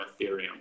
ethereum